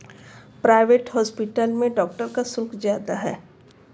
private hospital में doctor का शुल्क ज्यादा है